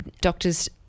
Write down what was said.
doctors